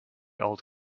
old